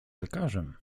lekarzem